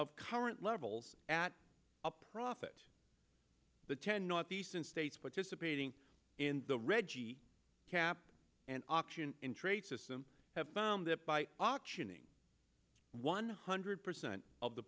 of current levels at a profit the ten northeastern states participating in the red cap and auction in trade system have found that by auctioning one hundred percent of the